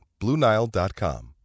BlueNile.com